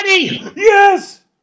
Yes